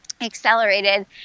accelerated